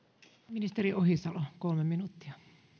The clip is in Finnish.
ministeri ohisalo kolme minuuttia arvoisa